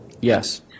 Yes